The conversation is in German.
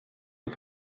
auf